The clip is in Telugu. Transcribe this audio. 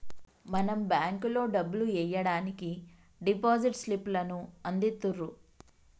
మనం బేంకులో డబ్బులు ఎయ్యడానికి డిపాజిట్ స్లిప్ లను అందిత్తుర్రు